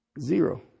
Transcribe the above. zero